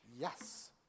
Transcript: Yes